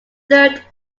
third